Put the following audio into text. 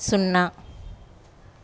సున్నా